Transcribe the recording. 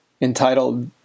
entitled